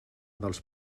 dels